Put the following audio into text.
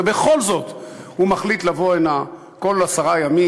ובכל זאת הוא מחליט לבוא הנה כל עשרה ימים,